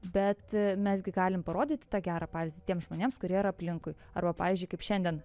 bet mes gi galim parodyti tą gerą pavyzdį tiems žmonėms kurie yra aplinkui arba pavyzdžiui kaip šiandien